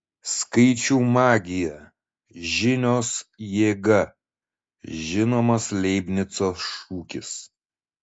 skaičių magija žinios jėga žinomas leibnico šūkis